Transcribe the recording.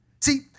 See